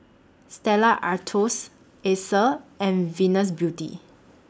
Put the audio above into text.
Stella Artois Acer and Venus Beauty